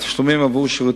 רצוני